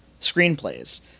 screenplays